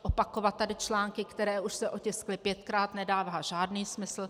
Opakovat tady články, které už se otiskly pětkrát, nedává žádný smysl.